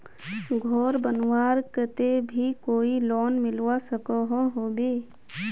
घोर बनवार केते भी कोई लोन मिलवा सकोहो होबे?